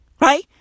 right